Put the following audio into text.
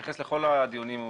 שמתייחס לכל הדיונים,